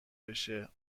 بشه